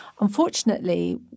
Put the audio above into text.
unfortunately